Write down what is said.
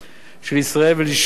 של ישראל ולשמור